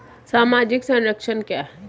सामाजिक संरक्षण क्या है?